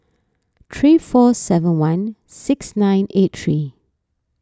three four seven one six nine eight three